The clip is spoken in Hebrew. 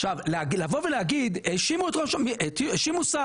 עכשיו לבוא ולהגיד האשימו שר,